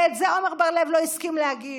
ואת זה עמר בר לב לא הסכים להגיד.